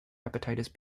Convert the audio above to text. hepatitis